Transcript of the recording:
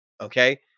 Okay